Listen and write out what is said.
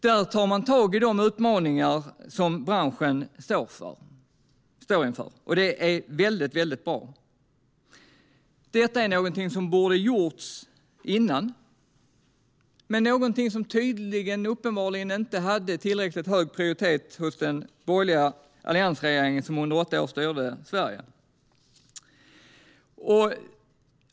Där tar man tag i de utmaningar som branschen står inför, och det är väldigt bra. Detta är någonting som borde ha gjorts tidigare, men det var någonting som tydligen och uppenbarligen inte hade tillräckligt hög prioritet hos den borgerliga alliansregering som styrde Sverige under åtta år.